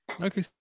Okay